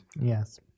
Yes